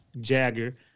Jagger